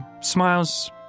smiles